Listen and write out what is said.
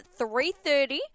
3.30